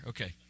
Okay